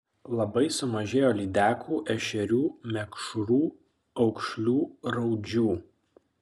labai sumažėjo lydekų ešerių mekšrų aukšlių raudžių